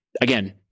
again